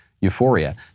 euphoria